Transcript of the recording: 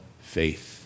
faith